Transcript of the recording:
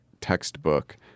textbook